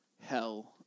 hell